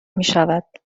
میشود